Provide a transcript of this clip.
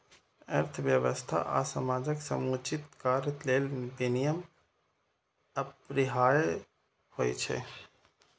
अर्थव्यवस्था आ समाजक समुचित कार्य लेल विनियम अपरिहार्य होइ छै